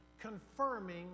confirming